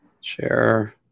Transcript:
Share